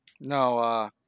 No